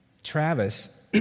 Travis